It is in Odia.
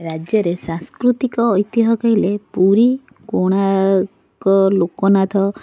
ରାଜ୍ୟରେ ସାଂସ୍କୃତିକ ଐତିହ କହିଲେ ପୁରୀ କୋଣାର୍କ ଲୋକନାଥ